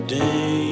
day